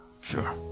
Sure